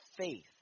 faith